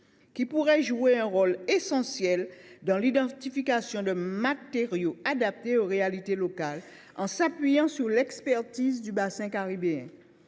qui pourraient jouer un rôle essentiel dans l’identification des matériaux adaptés aux réalités locales, en s’appuyant sur l’expertise du bassin caribéen